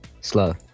Slow